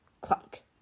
Clunk